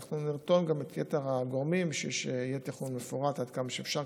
אנחנו נרתום גם את יתר הגורמים בשביל שיהיה תכנון מפורט עד כמה שאפשר,